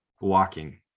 walking